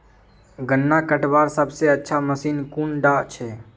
गन्ना कटवार सबसे अच्छा मशीन कुन डा छे?